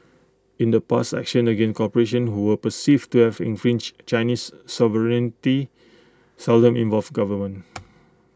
in the past actions against corporations who were perceived to have infringed Chinese sovereignty seldom involved government